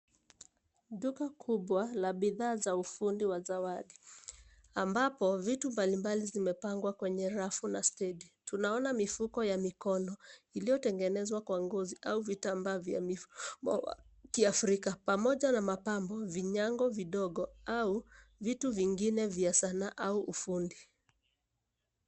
Duka kubwa la bidhaa za ufundi wa zawadi, ambapo vitu mbalimbali zimepangwa kwenye rafu na stendi. Tunaona mifuko ya mikono, iliyotengenezwa kwa ngozi au vitambaa vya mifumo wa kiafrika. Pamoja na mapambo, vinyango vidogo au vitu vingine vya sanaa au ufundi.